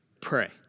pray